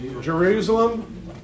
Jerusalem